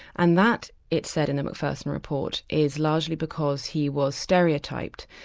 and that, it said in the macpherson report is largely because he was stereotyped.